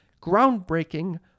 groundbreaking